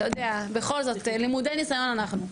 אתה יודע בכל זאת לימודי ניסיון אנחנו,